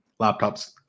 laptops